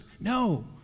No